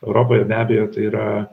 europoje be abejo tai yra